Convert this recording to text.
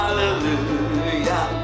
Hallelujah